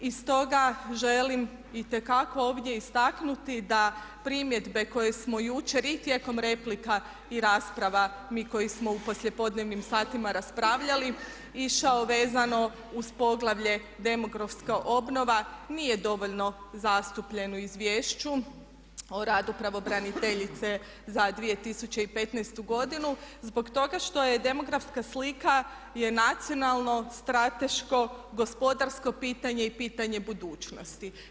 I stoga želim itekako ovdje istaknuti da primjedbe koje smo jučer i tijekom replika i rasprava mi koji smo u poslijepodnevnim satima raspravljali išao vezano uz poglavlje demografska obnova nije dovoljno zastupljen u izvješću o radu pravobraniteljice za 2015.godinu zbog toga što je demografska slika je nacionalno, strateško, gospodarsko pitanje i pitanje budućnosti.